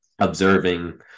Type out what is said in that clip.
observing